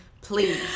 please